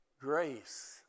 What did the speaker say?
grace